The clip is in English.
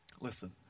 listen